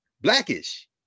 blackish